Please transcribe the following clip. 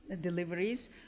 deliveries